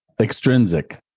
extrinsic